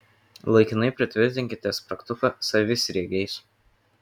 laikinai pritvirtinkite spragtuką savisriegiais